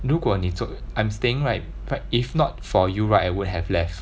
如果你走 I'm staying right but if not for you right I would have left